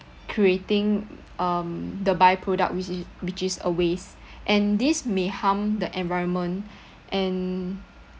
creating um the by-product whic~ which is a waste and this may harm the environment and